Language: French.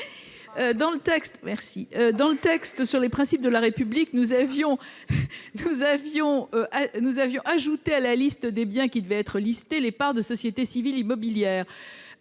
le respect des principes de la République, nous avions ajouté à la liste des biens qui devaient être listés les parts de sociétés civiles immobilières